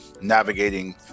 navigating